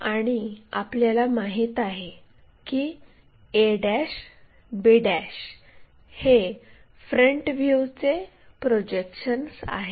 आणि आपल्याला माहित आहे की a b हे फ्रंट व्ह्यूचे प्रोजेक्शन्स आहेत